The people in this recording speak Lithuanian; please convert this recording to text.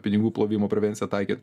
pinigų plovimo prevenciją taikyt